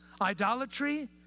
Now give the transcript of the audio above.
idolatry